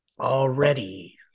already